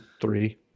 three